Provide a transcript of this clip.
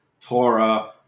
Torah